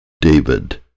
David